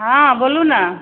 हँ बोलू ने